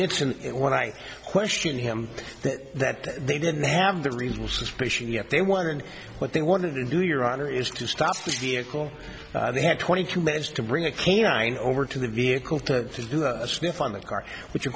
mentioned it when i questioned him that they didn't have the reason the suspicion yet they wanted and what they wanted to do your honor is to stop the vehicle they have twenty two minutes to bring a canine over to the vehicle to do a sniff on the car which of